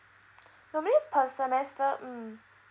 normally per semester mm